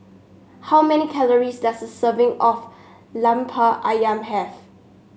how many calories does a serving of Lemper ayam have